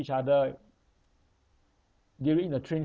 each other during the train